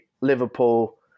Liverpool